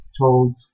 told